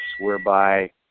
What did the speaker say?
whereby